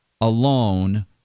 alone